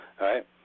right